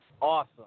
awesome